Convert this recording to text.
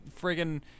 friggin